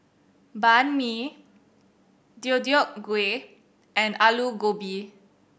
Banh Mi Deodeok Gui and Alu Gobi